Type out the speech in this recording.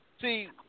See